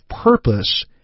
purpose